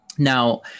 Now